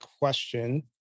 question